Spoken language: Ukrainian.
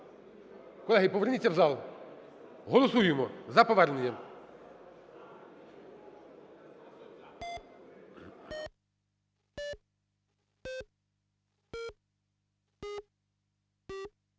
Колеги, поверніться в зал. Голосуємо, за повернення.